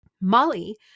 Molly